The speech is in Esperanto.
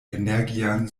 energian